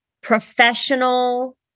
professional